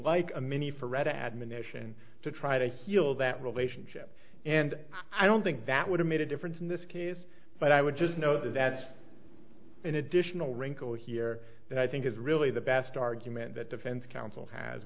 like a mini for red admonition to try to heal that relationship and i don't think that would have made a difference in this case but i would just know that in additional wrinkle here that i think is really the best argument that defense counsel has